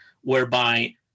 whereby